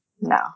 No